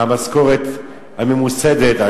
המשכורת הממוסדת,